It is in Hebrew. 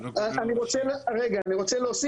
אני רוצה להוסיף,